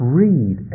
read